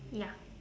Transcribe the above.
ya